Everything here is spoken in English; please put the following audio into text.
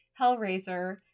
Hellraiser